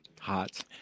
Hot